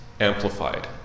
amplified